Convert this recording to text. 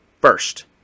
First